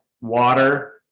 water